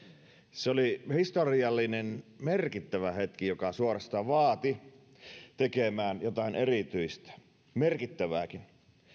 se oli historiallinen merkittävä hetki joka suorastaan vaati tekemään jotain erityistä merkittävääkin